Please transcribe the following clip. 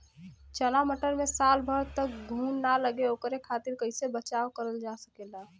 चना मटर मे साल भर तक घून ना लगे ओकरे खातीर कइसे बचाव करल जा सकेला?